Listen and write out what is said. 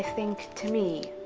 think to me,